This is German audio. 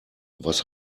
was